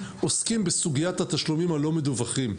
עוסקות בסוגיית התשלומים הלא מדווחים,